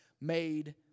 made